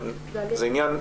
וזה עניין ספציפי,